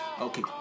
Okay